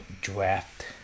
draft